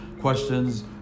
questions